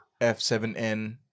F7N